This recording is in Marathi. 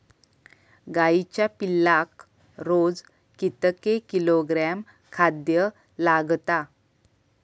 गाईच्या पिल्लाक रोज कितके किलोग्रॅम खाद्य लागता?